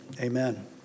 Amen